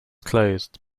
closed